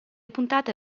puntate